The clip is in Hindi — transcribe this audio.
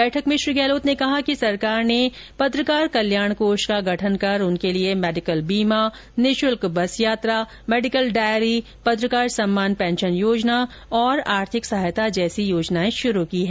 बैठक में श्री गहलोत ने कहा कि सरकार ने पत्रकार कल्याण कोष का गठन कर उनके लिए मेडिक्लेम बीमा निशुल्क बस यात्रा मेडिकल डायरी पत्रकार सम्मान पेंशन योजना तथा आर्थिक सहायता जैसी योजनाए शुरू की हैं